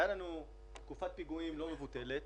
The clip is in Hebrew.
הייתה לנו תקופת פיגועים לא מבוטלת,